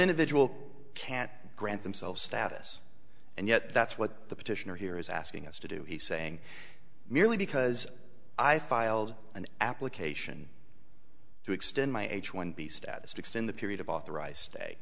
individual can't grant themselves status and yet that's what the petitioner here is asking us to do he saying merely because i filed an application to extend my h one b status to extend the period of authorized